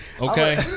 okay